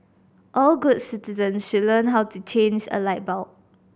all good citizens should learn how to change a light bulb